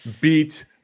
beat